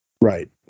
Right